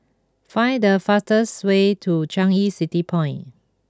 find the fastest way to Changi City Point